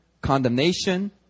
condemnation